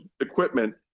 equipment